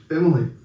Emily